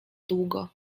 długo